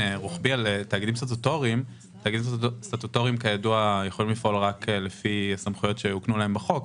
תאגידים סטטוטוריים יכולים לפעול רק לפי סמכויות שהוקנו להם בחוק,